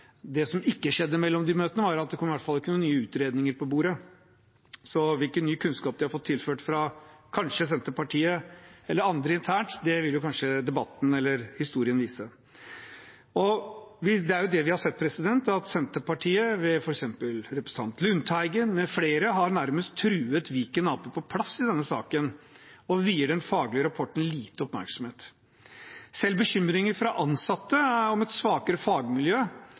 Det som i hvert fall ikke skjedde mellom de møtene, var at det kom noen nye utredninger på bordet. Så hvilken ny kunnskap de har fått tilført, kanskje fra Senterpartiet eller andre internt, vil kanskje debatten eller historien vise. Det vi har sett, er at Senterpartiet, ved f.eks. representanten Lundteigen mfl., nærmest har truet Viken Arbeiderparti på plass i denne saken og vier den faglige rapporten lite oppmerksomhet. Selv bekymringer fra ansatte om et svakere fagmiljø,